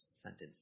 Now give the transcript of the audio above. sentence